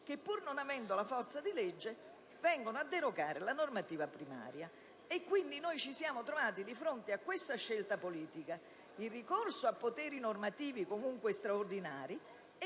che, pur non avendo la forza di legge, vengono a derogare la normativa primaria. Quindi, ci siamo trovati di fronte ad una scelta politica: il ricorso a poteri normativi comunque straordinari e